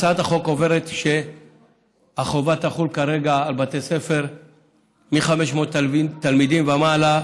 הצעת החוק אומרת שהחובה תחול כרגע על בתי ספר מ-500 תלמידים ומעלה,